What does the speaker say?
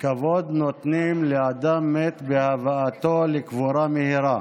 כבוד נותנים לאדם מת בהבאתו לקבורה מהירה.